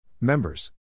Members